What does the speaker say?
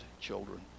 children